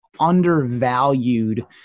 undervalued